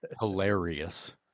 hilarious